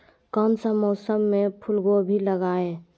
कौन सा मौसम में फूलगोभी लगाए?